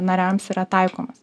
nariams yra taikomas